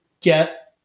get